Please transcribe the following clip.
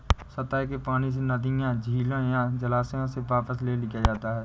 सतह के पानी से नदियों झीलों या जलाशयों से वापस ले लिया जाता है